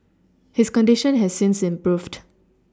his condition has since improved